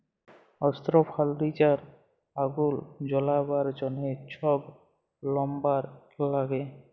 অস্ত্র, ফার্লিচার, আগুল জ্বালাবার জ্যনহ ছব লাম্বার ল্যাগে